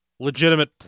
legitimate